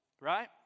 right